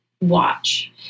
watch